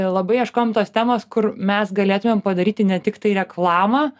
labai ieškojom tos temos kur mes galėtumėm padaryti ne tiktai reklamą